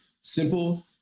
simple